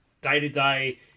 day-to-day